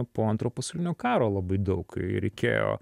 po antro pasaulinio karo labai daug kai reikėjo